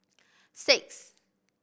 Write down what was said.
six